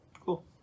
Cool